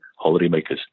holidaymakers